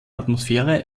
atmosphäre